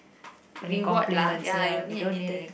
reward lah ya you don't need anything